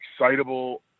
excitable